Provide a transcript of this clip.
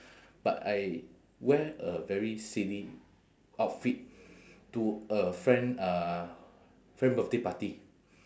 but I wear a very silly outfit to a friend uh friend birthday party